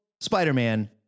Spider-Man